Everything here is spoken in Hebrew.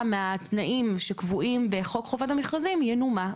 מהתנאים שקבועים בחוק חובת המכרזים תנומק.